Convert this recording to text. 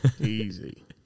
easy